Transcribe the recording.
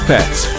Pets